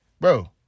Bro